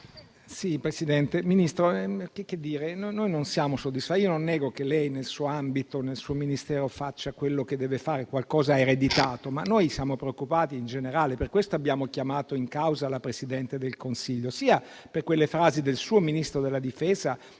Signor Ministro, non siamo soddisfatti della risposta. Io non nego che lei, nel suo ambito, nel suo Ministero, faccia quello che deve fare; qualcosa ha ereditato, ma noi siamo preoccupati in generale, per questo abbiamo chiamato in causa la Presidente del Consiglio, sia per quelle frasi del suo Ministro della difesa